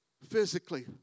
Physically